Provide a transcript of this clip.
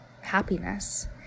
happiness